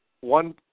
One